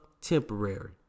temporary